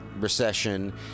recession